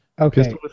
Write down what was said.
Okay